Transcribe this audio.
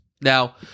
Now